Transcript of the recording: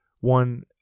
one